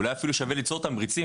אולי אפילו שווה ליצור תמריצים,